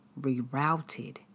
rerouted